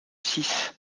six